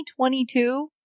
2022